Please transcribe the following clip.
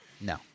no